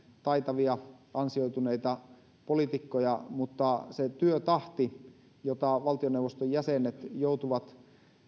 taitavia ansioituneita poliitikkoja mutta se työtahti jota valtioneuvoston jäsenet joutuvat